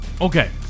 Okay